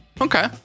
Okay